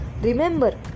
Remember